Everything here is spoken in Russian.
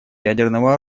ядерного